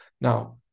Now